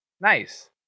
Nice